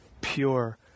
pure